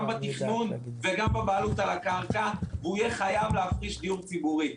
בתכנון וגם בבעלות על הקרקע והוא יהיה חייב להפריש דיור ציבורי.